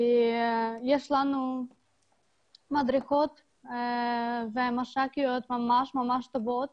יש לנו מדריכות ומש"קיות ממש ממש טובות